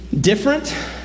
different